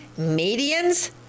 medians